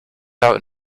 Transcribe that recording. out